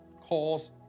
Calls